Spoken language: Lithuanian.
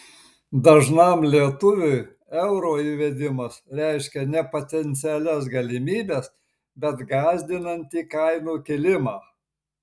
dažnam lietuviui euro įvedimas reiškia ne potencialias galimybes bet gąsdinantį kainų kilimą